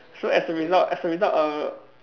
so as a result as a result err